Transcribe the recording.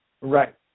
right